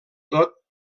tot